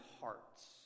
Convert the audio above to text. hearts